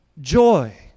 joy